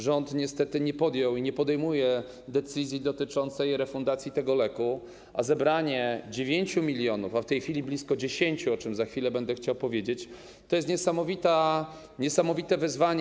Rząd niestety nie podjął i nie podejmuje decyzji dotyczącej refundacji tego leku, a zebranie 9 mln, a w tej chwili blisko 10 mln, o czym za chwilę będę chciał powiedzieć, to jest niesamowite wyzwanie.